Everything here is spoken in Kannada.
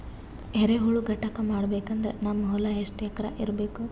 ಎರೆಹುಳ ಘಟಕ ಮಾಡಬೇಕಂದ್ರೆ ನಮ್ಮ ಹೊಲ ಎಷ್ಟು ಎಕರ್ ಇರಬೇಕು?